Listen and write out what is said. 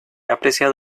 apreciado